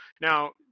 Now